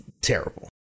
terrible